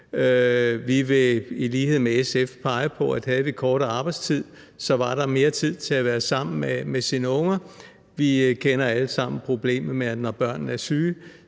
Vi vil i lighed med SF pege på, at havde vi kortere arbejdstid, var der mere tid til at være sammen med vores unger. Vi kender alle sammen det med, at når børnene er syge,